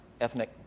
ethnic